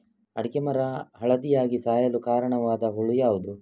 ಅಡಿಕೆ ಮರ ಹಳದಿಯಾಗಿ ಸಾಯಲು ಕಾರಣವಾದ ಹುಳು ಯಾವುದು?